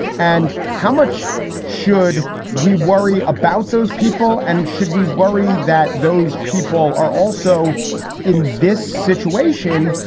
and how much should we worry about those people? and should we worry that those people are also in this situation,